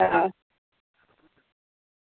હા